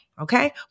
Okay